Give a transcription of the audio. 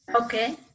Okay